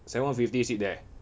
seven fifty sit there